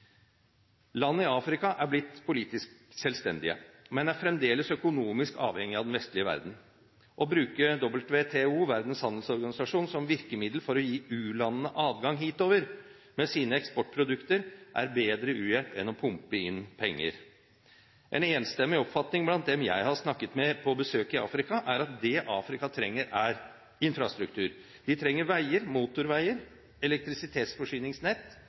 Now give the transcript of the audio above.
i Afrika er blitt politisk selvstendige, men er fremdeles økonomisk avhengige av den vestlige verden. Å bruke WTO, Verdens handelsorganisasjon, som virkemiddel for å gi u-landene adgang hitover med sine eksportprodukter er bedre u-hjelp enn å pumpe inn penger. En enstemmig oppfatning blant dem jeg har snakket med på besøk i Afrika, er at det Afrika trenger, er infrastruktur. De trenger veier, motorveier, elektrisitetsforsyningsnett,